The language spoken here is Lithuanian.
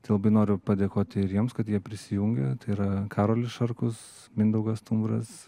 tai labai noriu padėkoti ir jiems kad jie prisijungė tai yra karolis šarkus mindaugas stumbras